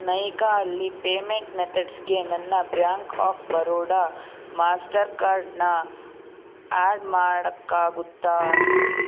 ನೈಕಾದಲ್ಲಿ payment ಮೆಥಡ್ಸ್ಗೆ ನನ್ನ bank of Baroda ಮಾಸ್ಟರ್ಕಾರ್ಡನ್ನ ಆ್ಯಡ್ ಮಾಡೋಕ್ಕಾಗುತ್ತಾ